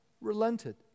relented